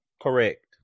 Correct